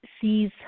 sees